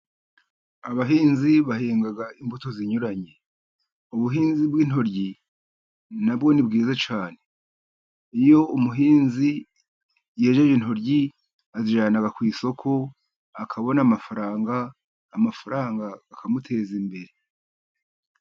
Abahinzi bahinga imbuto zinyuranye. Ubuhinzi bw'intoryi na bwo ni bwiza cyane. Iyo umuhinzi yejeje intoryi ,azijyana ku isoko akabona amafaranga, amafaranga akamuteza imbere.